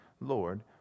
Lord